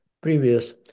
previous